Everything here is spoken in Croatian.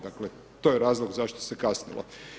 Dakle, to je razlog zašto se kasnilo.